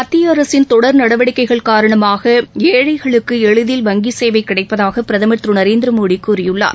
மத்திய அரசின் தொடர் நடவடிக்கைகள் காரணமாக ஏழைகளுக்கு எளிதில் வங்கிச் சேவை கிடைப்பதாக பிரதமர் திரு நரேந்திர மோடி கூறியுள்ளார்